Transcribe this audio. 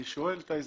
אני שואל על ההסבר.